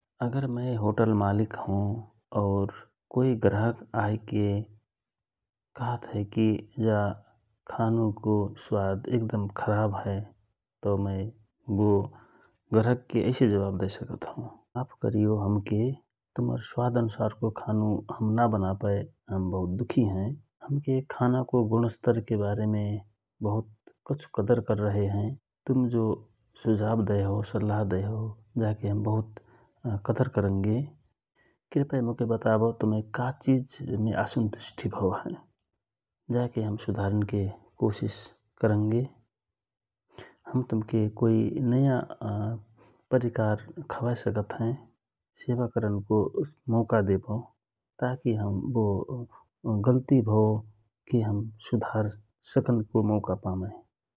आगर मय होटल मालिक हौ और कोइ ग्रहक आइके कहत हए कि जा खानु को स्वाद एकदम खराब हए । तव मय ग्रहकके ऐसे जवाफ दए सकत हौ माफ करियो हमके तुमहर स्वाद अनुसारको खानु बनापाए हम बहुत दुखि हए । हमके खानाको गुणस्तरके बारेमे बहुत कछु कदर कररहे हए तुम जो सुझाव दए हौ सल्लहा दए हौ जा के हम बहुत कदर करंगे कृपाय मोके बतावौ तुमय का चिजमे आसन्तुष्टि भइ हए । जा के हम कसुधारनके कोसिस करंगे हम तुमके कोइ नयाँ परिकार बनाएके खवय सकत हए सेवा करनको मौका देवौ कहेकी हम गलती भाव् के सुधार सकनको मौका पमए ।